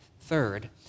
Third